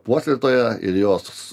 puoselėtoją ir jos